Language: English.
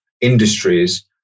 industries